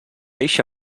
eixa